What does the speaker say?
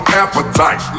appetite